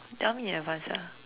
tell me in advanced ah